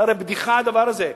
זה הרי בדיחה הדבר הזה.